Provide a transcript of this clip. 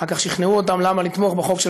אחר כך שכנעו אותם למה לתמוך בחוק של